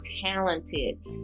talented